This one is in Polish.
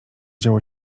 działo